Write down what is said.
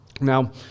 Now